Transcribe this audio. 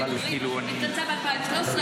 היא התכנסה ב-2013,